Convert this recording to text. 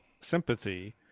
sympathy